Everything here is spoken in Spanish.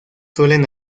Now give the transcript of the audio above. suelen